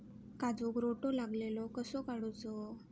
काजूक रोटो लागलेलो कसो काडूचो?